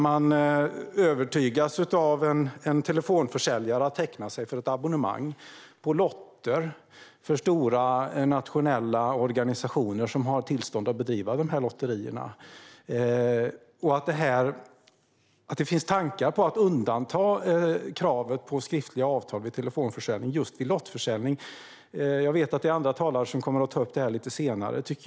Man övertygas av en telefonförsäljare att teckna sig för ett abonnemang på lotter för stora nationella organisationer som har tillstånd att bedriva lotterierna. Det finns tankar på att undanta just lottförsäljning från kravet på skriftliga avtal vid telefonförsäljning. Det tycker jag är rent osnyggt. Jag vet att det är andra talare som kommer att ta upp det lite senare.